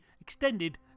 extended